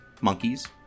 monkeys